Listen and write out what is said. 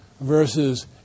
versus